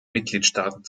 mitgliedstaaten